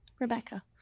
rebecca